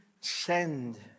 send